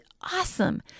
awesome